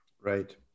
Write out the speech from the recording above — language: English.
Right